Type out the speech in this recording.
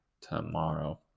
tomorrow